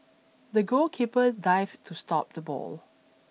the goalkeeper dived to stop the ball